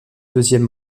deuxième